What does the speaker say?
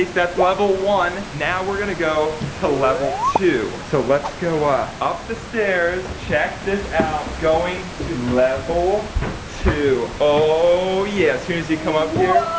that's level one. now, we're gonna go to level two. so, let's go ah up the stairs. check this out. going to level two. oh yeah, soon as we come up here.